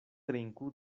trinku